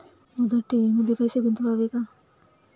मुदत ठेवींमध्ये पैसे गुंतवावे का?